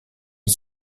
est